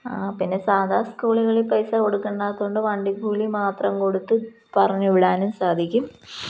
ആ പിന്നെ സാധാരണ സ്കൂളുകളിൽ പൈസ കൊടുക്കേണ്ടാത്തതുകൊണ്ടു വണ്ടിക്കൂലി മാത്രം കൊടുത്തു പറഞ്ഞുവിടാനും സാധിക്കും